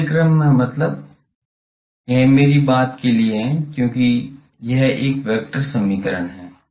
उल्टे क्रम में मतलब यह मेरी बात के लिए है क्योंकि यह एक वेक्टर समीकरण है